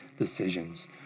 decisions